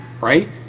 right